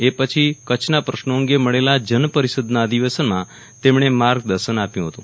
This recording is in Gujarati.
એ પછી કચ્છના પશ્નો અંગે મળેલા જનપરિષદના અધિવેશનમાં તેમણે માર્ગદર્શન આપ્યુ હતું